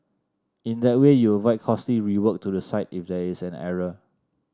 in that way you avoid costly rework to the site if there is an error